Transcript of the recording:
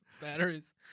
batteries